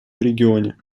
регионе